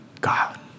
God